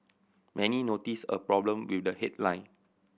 many noticed a problem with the headline